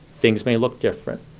things may look different.